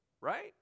right